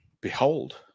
behold